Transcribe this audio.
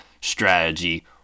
strategy